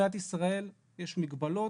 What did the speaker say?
למדינת ישראל יש מגבלות,